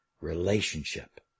relationship